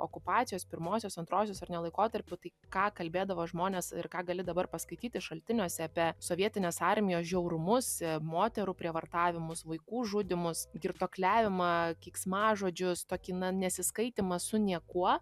okupacijos pirmosios antrosios ar ne laikotarpiu tai ką kalbėdavo žmonės ir ką gali dabar paskaityti šaltiniuose apie sovietinės armijos žiaurumus moterų prievartavimus vaikų žudymus girtuokliavimą keiksmažodžius tokį na nesiskaitymą su niekuo